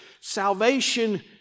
salvation